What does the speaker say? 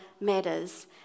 matters